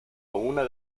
una